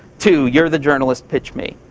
two, you're the journalist. pitch me.